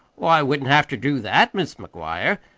oh, i wouldn't have ter do that, mis' mcguire.